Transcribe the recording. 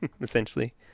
essentially